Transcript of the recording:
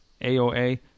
AOA